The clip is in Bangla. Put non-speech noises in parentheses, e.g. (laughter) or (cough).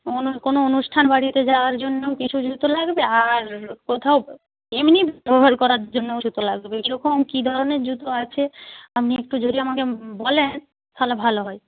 (unintelligible) কোনো অনুষ্ঠানবাড়িতে যাওয়ার জন্যও কিছু জুতো লাগবে আর কোথাও এমনি ব্যবহার করার জন্যও জুতো লাগবে কীরকম কী ধরনের জুতো আছে আপনি একটু যদি আমাকে বলেন তাহলে ভালো হয়